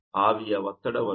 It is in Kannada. ಆವಿಯ ಒತ್ತಡವನ್ನು 0